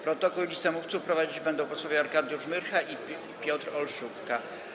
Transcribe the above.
Protokół i listę mówców prowadzić będą posłowie Arkadiusz Myrcha i Piotr Olszówka.